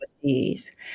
overseas